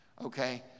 okay